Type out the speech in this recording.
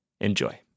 Enjoy